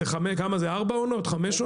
ארבע או חמש עונות.